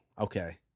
okay